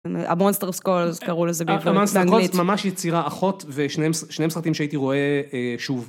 המונסטר סקולס קראו לזה בעברית באנגלית. המונסטר סקולס ממש יצירה אחות ושניהם סרטים שהייתי רואה שוב.